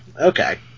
okay